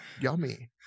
yummy